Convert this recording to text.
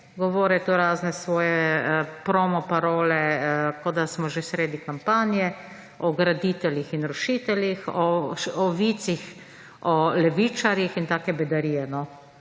Govoril je tu razne svoje promoparole, kot da smo že sredi kampanje, o graditeljih in rušiteljih, o vicih o levičarjih in take bedarije.